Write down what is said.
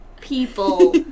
people